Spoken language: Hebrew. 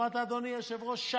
שמעת, אדוני היושב-ראש?